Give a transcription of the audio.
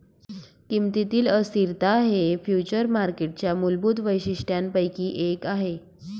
किमतीतील अस्थिरता हे फ्युचर्स मार्केटच्या मूलभूत वैशिष्ट्यांपैकी एक आहे